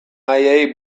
haiei